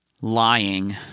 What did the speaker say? lying